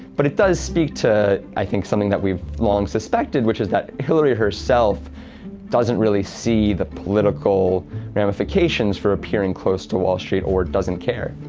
but it does speak to, i think, something that we've long suspected, which is that hillary herself doesn't really see the political ramifications for appearing close to wall street, or doesn't care.